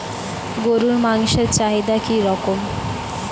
গরুর মাংসের চাহিদা কি রকম?